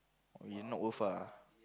I mean not worth ah